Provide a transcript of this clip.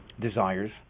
desires